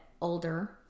older